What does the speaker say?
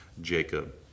Jacob